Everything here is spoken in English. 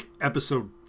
episode